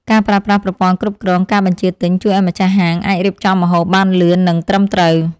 ការប្រើប្រាស់ប្រព័ន្ធគ្រប់គ្រងការបញ្ជាទិញជួយឱ្យម្ចាស់ហាងអាចរៀបចំម្ហូបបានលឿននិងត្រឹមត្រូវ។